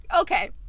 Okay